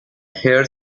heard